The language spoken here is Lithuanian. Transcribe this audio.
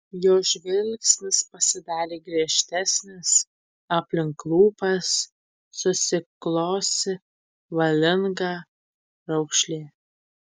jo žvilgsnis pasidarė griežtesnis aplink lūpas susiklosi valinga raukšlė